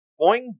boing